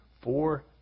four